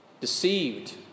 deceived